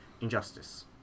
injustice